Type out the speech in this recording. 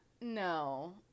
No